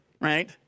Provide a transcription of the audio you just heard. right